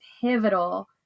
pivotal